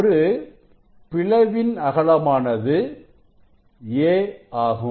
ஒரு பிளவின் அகலமானது a ஆகும்